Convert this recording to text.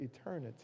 eternity